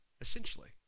essentially